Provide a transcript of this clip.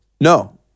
No